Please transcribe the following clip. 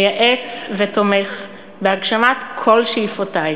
מייעץ ותומך בהגשמת כל שאיפותי.